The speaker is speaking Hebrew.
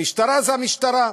המשטרה זה המשטרה.